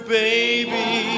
baby